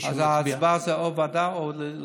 ומי שיצביע, אז ההצבעה היא או ועדה או להוריד.